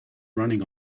running